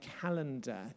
calendar